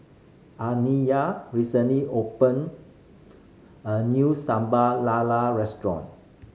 Aniyah recently opened a new Sambal Lala restaurant